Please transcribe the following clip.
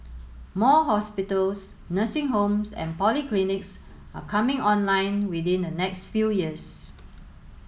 more hospitals nursing homes and polyclinics are coming online within the next few years